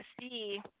see